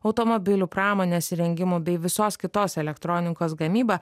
automobilių pramonės įrengimų bei visos kitos elektronikos gamybą